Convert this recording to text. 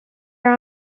are